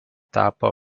tapo